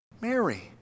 Mary